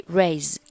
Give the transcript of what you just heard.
raise